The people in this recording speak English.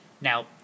Now